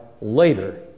later